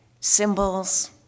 symbols